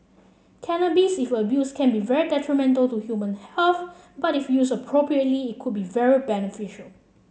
cannabis if abused can be very detrimental to human health but if used appropriately it could be very beneficial